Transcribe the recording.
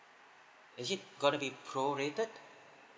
is it going to be prorated